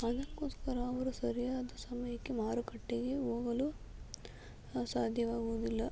ಅದಕ್ಕೋಸ್ಕರ ಅವರು ಸರಿಯಾದ ಸಮಯಕ್ಕೆ ಮಾರುಕಟ್ಟೆಗೆ ಹೋಗಲು ಸಾಧ್ಯವಾಗುವುದಿಲ್ಲ